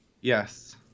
Yes